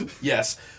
Yes